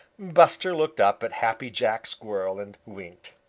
buster looked up at happy jack squirrel and winked.